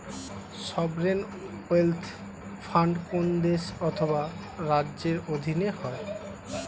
sovereign wealth fund কোন দেশ অথবা রাজ্যের অধীনে হয়